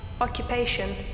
occupation